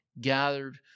gathered